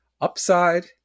upside